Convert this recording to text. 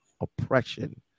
oppression